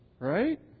Right